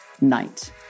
night